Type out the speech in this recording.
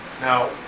Now